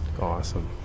Awesome